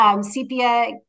Sepia